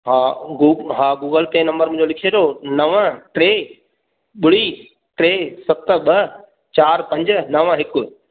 हा हा Google pay number मुंजो लिख शॾियो नव ट्रे बुड़ी ट्रे सत ॿ चारि पंज नव हिकु